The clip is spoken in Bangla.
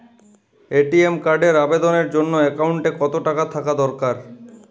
এ.টি.এম কার্ডের আবেদনের জন্য অ্যাকাউন্টে কতো টাকা থাকা দরকার?